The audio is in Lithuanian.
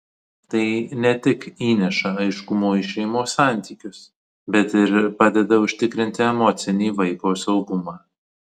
tai ne tik įneša aiškumo į šeimos santykius bet ir padeda užtikrinti emocinį vaiko saugumą